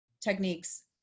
techniques